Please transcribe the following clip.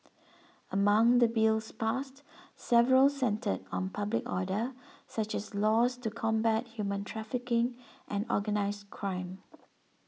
among the Bills passed several centred on public order such as laws to combat human trafficking and organised crime